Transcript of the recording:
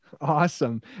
Awesome